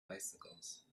bicycles